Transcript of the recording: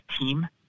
team